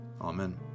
Amen